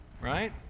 right